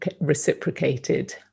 reciprocated